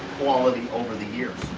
quality over the years.